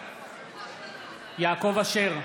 בעד יעקב אשר,